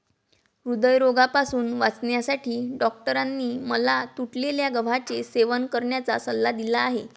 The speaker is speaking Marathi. हृदयरोगापासून वाचण्यासाठी डॉक्टरांनी मला तुटलेल्या गव्हाचे सेवन करण्याचा सल्ला दिला आहे